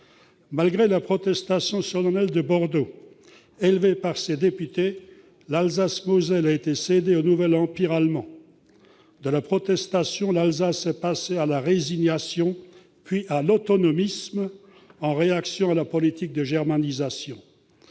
Malgré la « protestation solennelle de Bordeaux » élevée par ses députés, l'Alsace-Moselle a été cédée au nouvel empire allemand. De la protestation, l'Alsace est passée à la résignation puis à l'autonomisme, en réaction à la politique de germanisation.